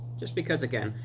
just because again,